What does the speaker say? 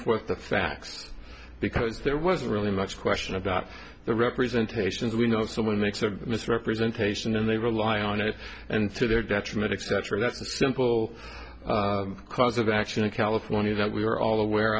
forth the facts because there wasn't really much question about the representation as we know someone makes a misrepresentation and they rely on it and to their detriment except for that's a simple cause of action in california that we are all aware